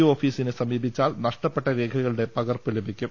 O ഓഫീസിനെ സമീപിച്ചാൽ നഷ്ടപ്പെട്ട രേഖകളുടെ പകർപ്പ് ലഭിക്കും